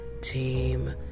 team